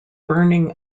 burning